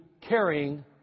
carrying